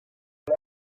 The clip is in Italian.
nel